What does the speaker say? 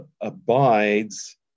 abides